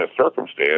circumstance